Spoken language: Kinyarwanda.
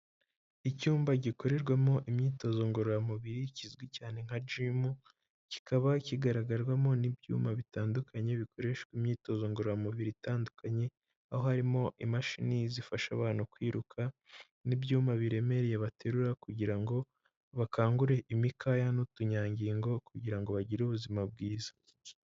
Icyumba gikorerwamo imyitozo ngororamubiri kizwi cyane nka Gym, kikaba kigaragarwamo n'ibyuma bitandukanye bikoreshwa imyitozo ngororamubiri itandukanye, aho harimo imashini zifasha abantu kwiruka n'ibyuma biremereye baterura, kugira ngo bakangure imikaya n'utunyangingo, kugira ngo bagire ubuzima bwiza.